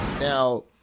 Now